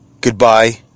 Goodbye